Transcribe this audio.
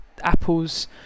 Apple's